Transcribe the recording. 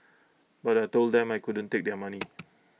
but I Told them I couldn't take their money